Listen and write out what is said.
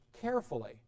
carefully